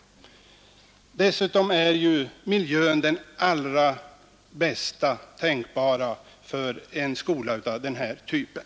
Dessutom är miljön den bästa tänkbara för en skola av den här typen.